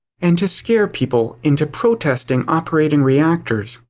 and to scare people into protesting operating reactors.